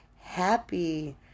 happy